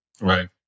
Right